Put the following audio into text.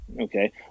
Okay